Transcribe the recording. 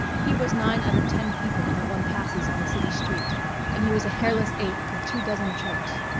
he was nine out of ten people that one passes on a city street and he was a hairless ape with two dozen tricks.